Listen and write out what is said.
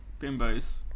bimbos